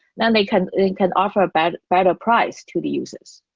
then they can can offer better better price to the users.